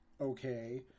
Okay